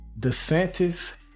DeSantis